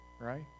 right